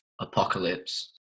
apocalypse